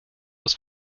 das